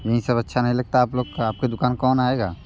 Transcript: यही सब अच्छा नहीं लगता आप लोग का आपके दुकान कौन आएगा